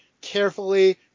carefully